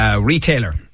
retailer